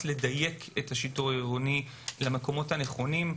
לדייק את השיטור העירוני למקומות הנכונים.